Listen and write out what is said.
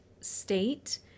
state